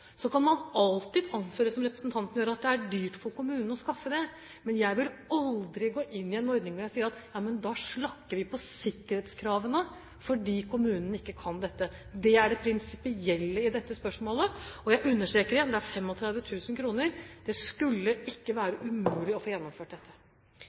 Så kan man alltid anføre, som representanten gjør, at det er dyrt for kommunen å skaffe det, men jeg vil aldri gå inn i en ordning hvor jeg sier: Ja, men da slakker vi på sikkerhetskravene fordi kommunen ikke kan dette. Det er det prinsipielle i dette spørsmålet. Og jeg understreker igjen: Det er 35 000 kr. Det skulle ikke